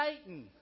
Satan